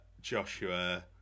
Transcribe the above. joshua